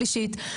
שלישית.